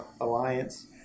Alliance